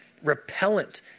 repellent